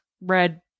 red